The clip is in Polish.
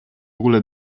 ogóle